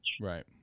Right